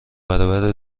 برابر